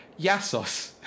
Yassos